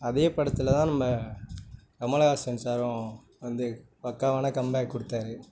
அதே படத்தில்தான் நம்ம கமலஹாசன் சாரும் வந்து பக்காவான கம்பேக் கொடுத்தாரு